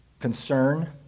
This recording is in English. concern